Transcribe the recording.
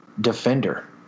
defender